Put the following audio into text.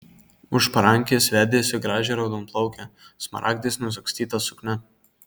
už parankės vedėsi gražią raudonplaukę smaragdais nusagstyta suknia